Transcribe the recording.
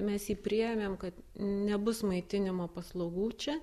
mes jį priėmėm kad nebus maitinimo paslaugų čia